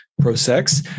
pro-sex